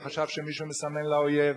הוא חשב שמישהו מסמן לאויב.